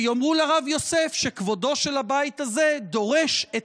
ויאמרו לרב יוסף שכבודו של הבית הזה דורש את